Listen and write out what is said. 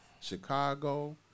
Chicago